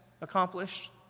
accomplished